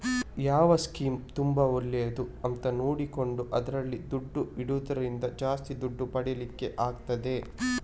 ಯಾವ ಸ್ಕೀಮ್ ತುಂಬಾ ಒಳ್ಳೇದು ಅಂತ ನೋಡಿಕೊಂಡು ಅದ್ರಲ್ಲಿ ದುಡ್ಡು ಇಡುದ್ರಿಂದ ಜಾಸ್ತಿ ದುಡ್ಡು ಪಡೀಲಿಕ್ಕೆ ಆಗ್ತದೆ